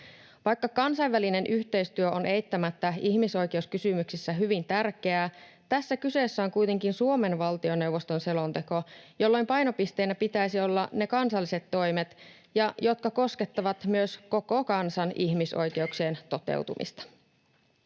Vaikka kansainvälinen yhteistyö on eittämättä ihmisoikeuskysymyksissä hyvin tärkeää, tässä kyseessä on kuitenkin Suomen valtioneuvoston selonteko, jolloin painopisteenä pitäisi olla ne kansalliset toimet, jotka koskettavat myös koko kansan ihmisoikeuksien toteutumista.